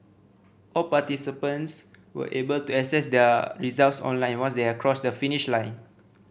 all participants were able to access their results online once they are crossed the finish line